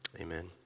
Amen